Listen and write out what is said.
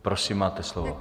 Prosím, máte slovo.